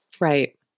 Right